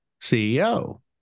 CEO